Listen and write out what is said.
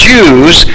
Jews